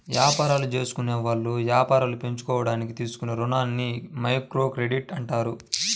యాపారాలు జేసుకునేవాళ్ళు యాపారాలు పెంచుకోడానికి తీసుకునే రుణాలని మైక్రోక్రెడిట్ అంటారు